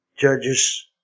Judges